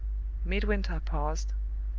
midwinter paused,